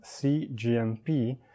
CGMP